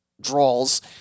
draws